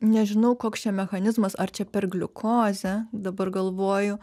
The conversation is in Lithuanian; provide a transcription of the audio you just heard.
nežinau koks čia mechanizmas ar čia per gliukozę dabar galvoju